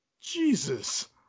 Jesus